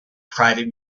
private